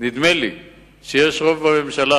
יש רוב בממשלה,